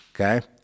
okay